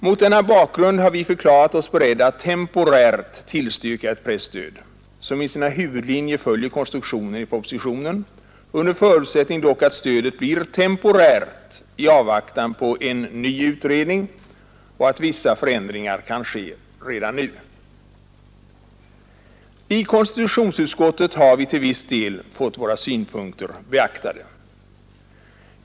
Mot denna bakgrund har vi förklarat oss beredda att temporärt tillstyrka ett presstöd, som i sina huvudlinjer följer konstruktionen i propositionen, under förutsättning dock att stödet blir temporärt i 31 avvaktan på en ny utredning och att vissa förändringar kan ske redan nu. I konstitutionsutskottet har vi till viss del fått våra synpunkter beaktade.